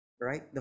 right